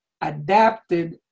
adapted